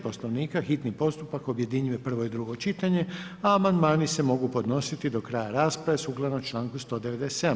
Poslovnika, hitni postupak objedinjuje prvo i drugo čitanje a amandmani se mogu podnositi do kraja rasprave sukladno članku 197.